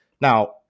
Now